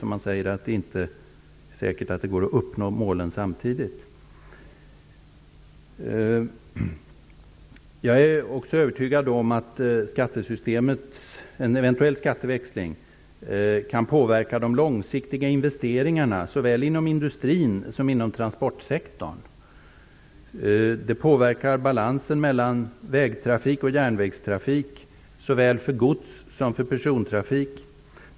Man säger att det inte är säkert att det går att uppnå målen samtidigt. Jag är också övertygad om att en eventuell skatteväxling kan påverka de långsiktiga investeringarna såväl inom industrin som inom transportsektorn. Den påverkar balansen mellan vägtrafik och järnvägstrafik såväl för gods som för persontrafik.